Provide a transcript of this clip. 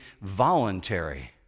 voluntary